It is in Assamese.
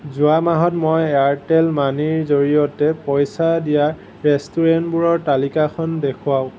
যোৱা মাহত মই এয়াৰটেল মানিৰ জৰিয়তে পইচা দিয়া ৰেষ্টুৰেণ্টবোৰৰ তালিকাখন দেখুৱাওক